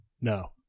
No